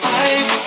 eyes